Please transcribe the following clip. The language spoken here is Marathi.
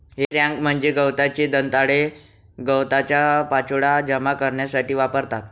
हे रॅक म्हणजे गवताचे दंताळे गवताचा पाचोळा जमा करण्यासाठी वापरतात